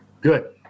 Good